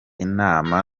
inama